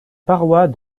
parois